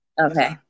Okay